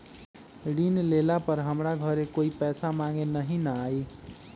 ऋण लेला पर हमरा घरे कोई पैसा मांगे नहीं न आई?